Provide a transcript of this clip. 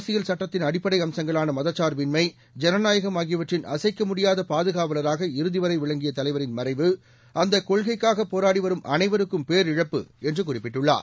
அரசியல் சுட்டத்தின் அடிப்படை அம்சங்களான மதச் சார்பின்மை ஜனநாயகம் ஆகியவற்றின் அசைக்க முடியாத பாதுகாவலராக இறுதிவரை விளங்கிய தலைவரின் மறைவு அந்த கொள்கைக்காக போராடி வரும் அனைவருக்கும் பேரிழப்பு என்று குறிப்பிட்டுள்ளார்